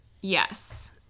Yes